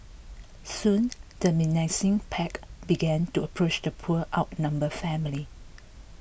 soon the menacing pack began to approach the poor outnumbered family